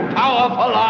powerful